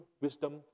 wisdom